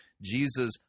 Jesus